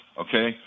okay